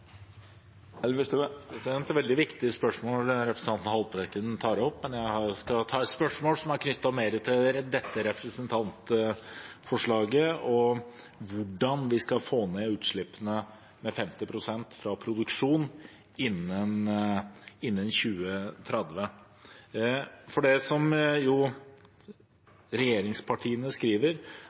Det er et veldig viktig spørsmål representanten Haltbrekken tar opp, men jeg har et spørsmål som er knyttet mer til dette representantforslaget og hvordan vi skal få ned utslippene med 50 pst. fra produksjon innen 2030. Det regjeringspartiene skriver,